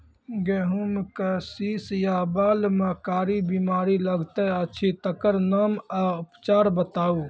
गेहूँमक शीश या बाल म कारी बीमारी लागतै अछि तकर नाम आ उपचार बताउ?